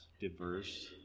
diverse